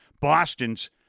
Boston's